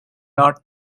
not